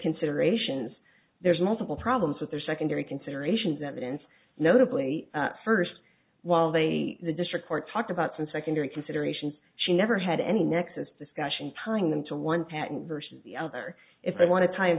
considerations there's multiple problems with their secondary considerations evidence notably first while they the district court talked about some secondary considerations she never had any nexus discussion tying them to one patent versus the other if they want to ti